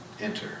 enter